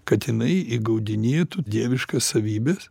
kad jinai įgaudinėtų dieviškas savybes